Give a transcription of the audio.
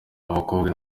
ibikorwa